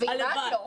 שכנעת.